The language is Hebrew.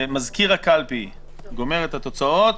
כשמזכיר הקלפי גומר את התוצאות,